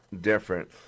different